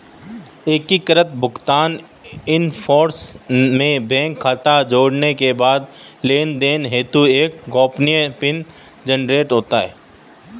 एकीकृत भुगतान इंटरफ़ेस में बैंक खाता जोड़ने के बाद लेनदेन हेतु एक गोपनीय पिन जनरेट होता है